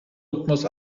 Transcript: rhythmus